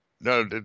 No